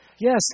Yes